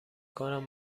کنم